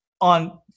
on